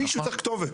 מישהו צריך כתובת.